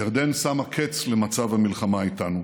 ירדן שמה קץ למצב המלחמה איתנו.